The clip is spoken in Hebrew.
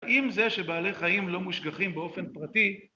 אם זה שבעלי חיים לא מושגחים באופן פרטי...